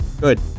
Good